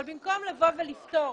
אבל במקום לפתור